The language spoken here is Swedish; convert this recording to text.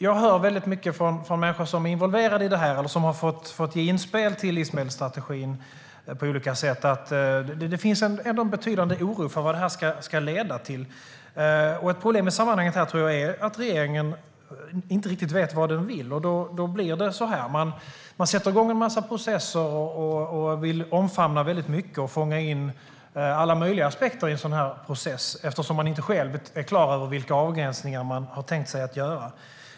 Jag hör mycket från människor som är involverade i detta eller som har fått ge inspel till livsmedelsstrategin på olika sätt, och det finns en betydande oro för vad den ska leda till. Ett problem i sammanhanget tror jag är att regeringen inte riktigt vet vad den vill, och då blir det så att man sätter igång en massa processer. Man vill omfamna väldigt mycket och fånga in alla möjliga aspekter eftersom man själv inte är klar över vilka avgränsningar man har tänkt göra.